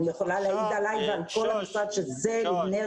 אני יכולה להעיד עלי ועל כל המשרד שזה נר